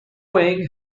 wing